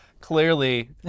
Clearly